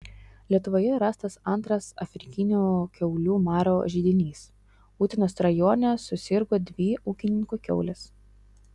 lietuvoje rastas antras afrikinio kiaulių maro židinys utenos rajone susirgo dvi ūkininko kiaulės